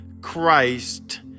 Christ